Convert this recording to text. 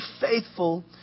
faithful